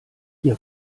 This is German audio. ihr